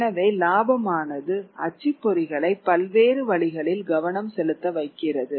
எனவே இலாபமானது அச்சுப்பொறிகளை பல்வேறு வழிகளில் கவனம் செலுத்த வைக்கிறது